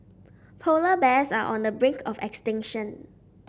polar bears are on the brink of extinction